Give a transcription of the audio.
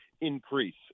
increase